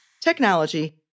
technology